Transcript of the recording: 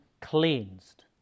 cleansed